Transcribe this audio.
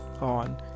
on